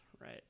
right